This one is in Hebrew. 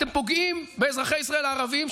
אתם פוגעים באזרחי ישראל הערבים,